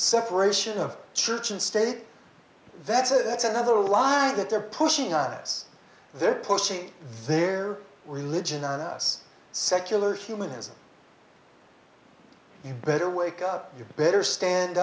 separation of church and state that's a that's another line that they're pushing us they're pushing their religion on us secular humanism you better wake up you're better stand